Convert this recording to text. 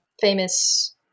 famous